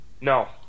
No